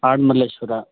ಕಾಡು ಮಲ್ಲೇಶ್ವರ